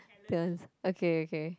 that one okay okay